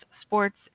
sports